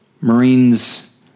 Marines